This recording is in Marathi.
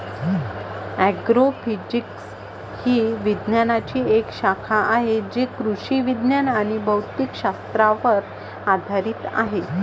ॲग्रोफिजिक्स ही विज्ञानाची एक शाखा आहे जी कृषी विज्ञान आणि भौतिक शास्त्रावर आधारित आहे